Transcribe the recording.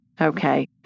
Okay